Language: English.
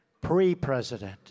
pre-president